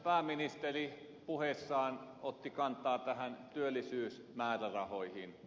pääministeri puheessaan otti kantaa työllisyysmäärärahoihin